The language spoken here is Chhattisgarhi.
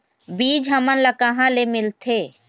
बीज हमन ला कहां ले मिलथे?